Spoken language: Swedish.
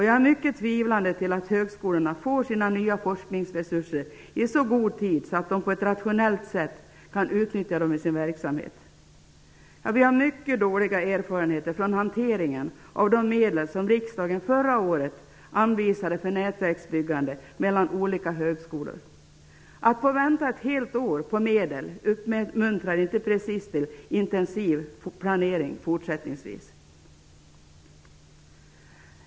Jag är mycket tvivlande till att högskolorna får sina nya forskningsresurser i så god tid att de på ett rationellt sätt kan utnyttja dem i sin verksamhet. Vi har mycket dåliga erfarenheter från hanteringen av de medel som riksdagen förra året anvisade för nätverksbyggande mellan olika högskolor. Att få vänta ett helt år på medel uppmuntrar inte precis till intensiv planering fortsättningsvis.